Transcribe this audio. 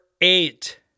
eight